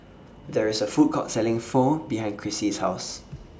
There IS A Food Court Selling Pho behind Krissy's House